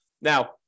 Now